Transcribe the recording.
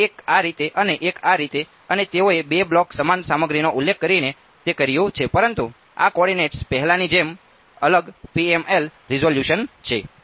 તેથી એક આ રીતે અને એક આ રીતે અને તેઓએ બે બ્લોક સમાન સામગ્રીનો ઉલ્લેખ કરીને તે કર્યું છે પરંતુ આ કોઓર્ડિનેટ્સ પહેલાની જેમ જ અલગ PML રિઝોલ્યુશન છે